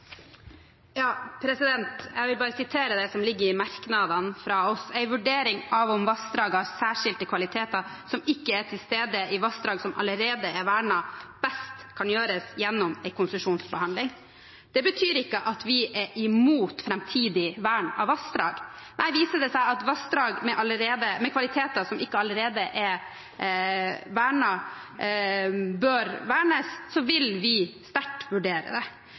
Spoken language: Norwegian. Jeg vil bare sitere det som ligger i merknadene fra oss, at: «en vurdering av om Øystesevassdraget har særskilte kvaliteter, som ikke er til stede i vassdrag som allerede er vernet, best kan gjøres gjennom en konsesjonsbehandling.» Det betyr ikke at vi er imot framtidig vern av vassdrag. Nei, viser det seg at vassdrag med kvaliteter som ikke allerede er vernet, bør vernes, så vil vi sterkt vurdere det.